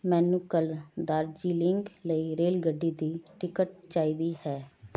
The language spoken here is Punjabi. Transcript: ਮੈਨੂੰ ਕੱਲ੍ਹ ਦਾਰਜੀਲਿੰਗ ਲਈ ਰੇਲਗੱਡੀ ਦੀ ਟਿਕਟ ਚਾਹੀਦੀ ਹੈ